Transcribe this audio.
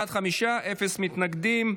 בעד, חמישה, אפס מתנגדים.